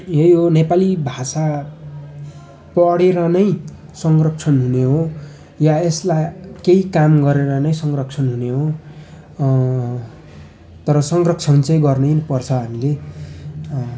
यही हो नेपाली भाषा पढेर नै संरक्षण हुने हो या यसलाई केही काम गरेर नै संरक्षण हुने हो तर संरक्षण चाहिँ गर्नैपर्छ हामीले